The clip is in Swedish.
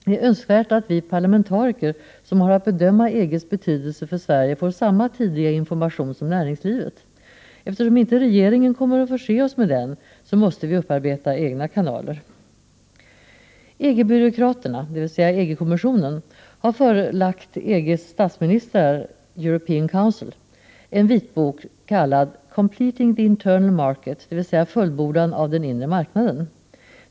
Det är önskvärt att vi parlamentariker, som har att bedöma EG:s betydelse för Sverige, får samma tidiga information som näringslivet. Eftersom inte regeringen kommer att förse oss med den, måste vi upparbeta egna kanaler. EG-byråkraterna, dvs. EG-kommissionen, har förelagt EG:s statsministrar, European Council, en vitbok kallad Completing the Internal Market, dvs. Fullbordan av den inre marknaden.